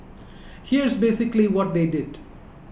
here's basically what they did